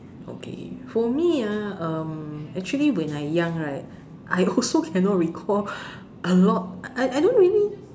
okay for me ah actually when I young right I also cannot recall a lot I I don't really